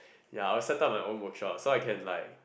ya I'll set up my own workshop so I can like